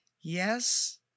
yes